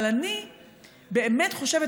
אבל אני באמת חושבת,